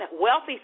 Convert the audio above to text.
Wealthy